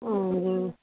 ও